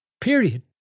period